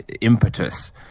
impetus